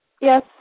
Yes